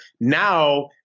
now